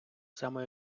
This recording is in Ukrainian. само